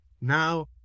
now